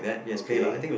okay